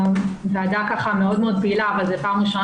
הוועדה מאוד מאוד פעילה אבל זאת פעם ראשונה